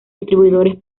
distribuidores